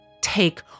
take